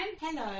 Hello